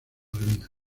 malvinas